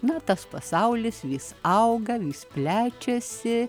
na tas pasaulis vis auga vis plečiasi